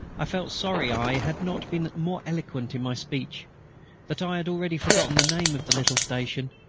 i felt sorry i had not been more eloquent in my speech that i had already forgotten the name of the little station,